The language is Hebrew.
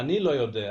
אני לא יודע,